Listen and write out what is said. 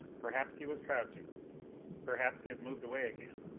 perhaps he was crouching perhaps he had moved away again.